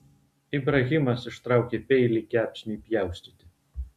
ibrahimas ištraukė peilį kepsniui pjaustyti